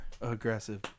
aggressive